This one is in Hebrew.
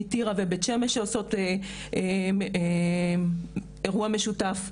מטירה ובית שמש שעושות אירוע משותף,